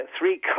three